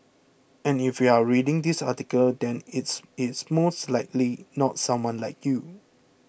and if you are reading this article then it is most likely not someone like you